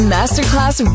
Masterclass